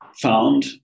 found